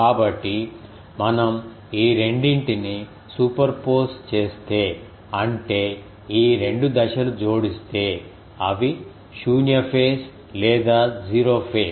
కాబట్టి మనం ఈ 2 ను సూపర్ పోస్ చేస్తే అంటే ఈ 2 దశలు జోడిస్తే అవి శూన్య ఫేస్ లేదా 0 ఫేస్